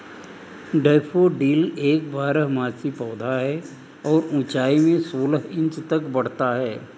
daffodil एक बारहमासी पौधा है और ऊंचाई में सोलह इंच तक बढ़ता है